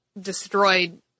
destroyed